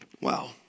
wow